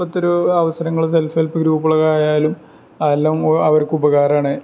ഇപ്പത്തൊരു അവസരങ്ങള് സെല്ഫ് ഗ്രൂപ്പുകളൊക്കെ ആയാലും അതെല്ലാം അവർക്ക് ഉപകാരമാണ്